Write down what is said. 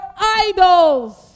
idols